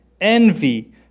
envy